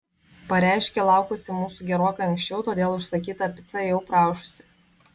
pareiškė laukusi mūsų gerokai anksčiau todėl užsakyta pica jau praaušusi